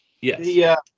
Yes